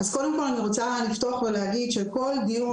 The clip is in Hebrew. קודם כל אני רוצה לפתוח ולהגיד שכל דיון